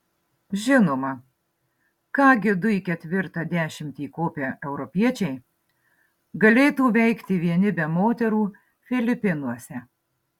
žinoma ką gi du į ketvirtą dešimtį įkopę europiečiai galėtų veikti vieni be moterų filipinuose